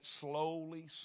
slowly